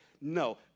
No